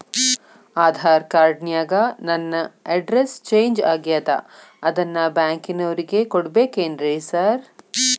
Aadhaar card ನ್ಯಾಗ ನನ್ address change ಆಗ್ಯಾದ ಅದನ್ನ ಬ್ಯಾಂಕಿನೊರಿಗೆ ಕೊಡ್ಬೇಕೇನ್ರಿ ಸಾರ್?